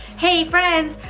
hey, friends.